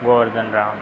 Govardhan Ram